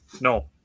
No